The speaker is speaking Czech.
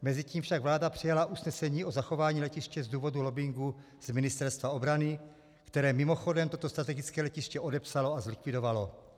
Mezitím však vláda přijala usnesení o zachování letiště z důvodu lobbingu z Ministerstva obrany, které mimochodem toto strategické letiště odepsalo a zlikvidovalo.